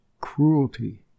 cruelty